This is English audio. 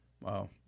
Wow